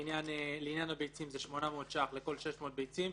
לעניין הביצים זה 800 ש"ח לכל 600 ביצים.